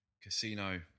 Casino